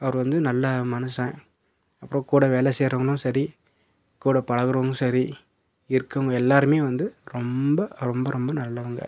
அவர் வந்து நல்ல மனுஷன் அப்புறம் கூட வேலை செய்கிறவங்களும் சரி கூட பழகுகிறவங்களும் சரி இருக்கறவங்க எல்லோருமே வந்து ரொம்ப ரொம்ப ரொம்ப நல்லவங்க